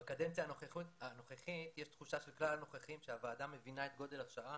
בקדנציה הנוכחית יש תחושה של כלל הנוכחים שהוועדה מבינה את גודל השעה